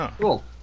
Cool